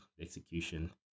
execution